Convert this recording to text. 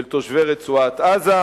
של תושבי רצועת-עזה,